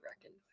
reckoned